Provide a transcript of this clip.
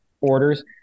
orders